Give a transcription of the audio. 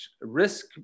risk